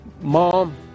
Mom